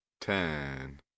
Ten